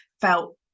felt